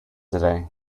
today